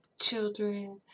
children